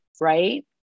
Right